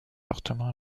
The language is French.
fortement